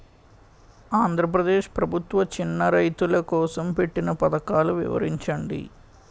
ఆంధ్రప్రదేశ్ ప్రభుత్వ చిన్నా రైతుల కోసం పెట్టిన పథకాలు వివరించండి?